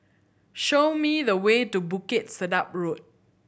show me the way to Bukit Sedap Road